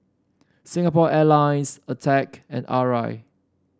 Singapore Airlines Attack and Arai